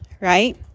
Right